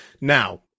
Now